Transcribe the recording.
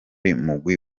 mugwi